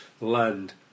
land